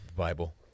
bible